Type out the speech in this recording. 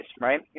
right